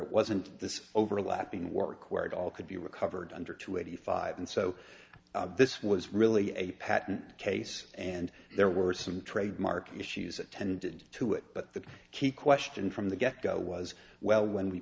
it wasn't this overlapping work where it all could be recovered under two eighty five and so this was really a patent case and there were some trademark issues attended to it but the key question from the get go was well when we